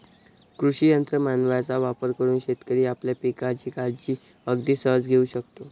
कृषी यंत्र मानवांचा वापर करून शेतकरी आपल्या पिकांची काळजी अगदी सहज घेऊ शकतो